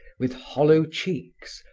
with hollow cheeks,